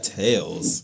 tails